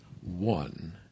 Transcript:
one